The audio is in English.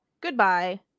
goodbye